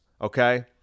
okay